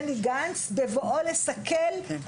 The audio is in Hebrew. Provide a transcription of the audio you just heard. החשבון לא יכול להיעשות בדרך של פה זה רק עוד 20 שקל,